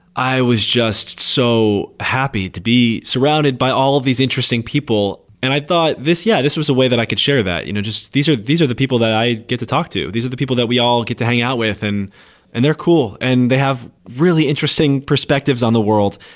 i was just so happy to be surrounded by all of these interesting people. people. and i thought this yeah, this was a way that i could share that. you know these are these are the people that i get to talk to, these are the people that we all get to hang out with and and they're cool, and they have really interesting perspectives on the world,